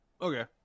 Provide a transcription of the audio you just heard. Okay